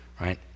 right